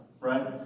right